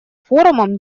форумом